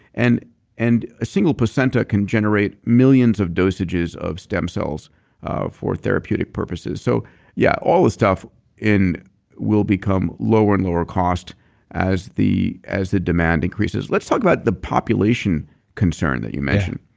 and and a single placenta can generate millions of dosages of stem cells ah for therapeutic purposes so yeah, all the stuff in will become lower and lower cost as the as the demand increases. let's talk about the population concern that you mentioned.